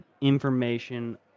information